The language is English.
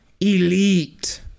elite